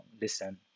listen